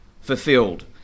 fulfilled